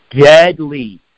deadly